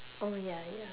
oh ya ya